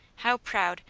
how proud,